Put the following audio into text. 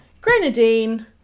grenadine